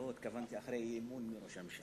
לא, התכוונתי: אחרי האי-אמון, מי ראש הממשלה?